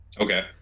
Okay